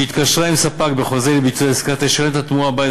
שהתקשרה עם ספק בחוזה לביצוע עסקה תשלם את התמורה בעד